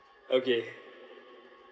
okay